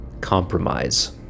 compromise